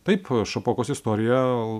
taip šapokos istorija